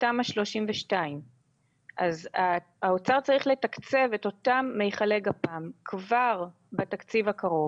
תמ"א 32. האוצר צריך לתקצב את אותם מכלי גפ"מ כבר בתקציב הקרוב,